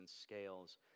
scales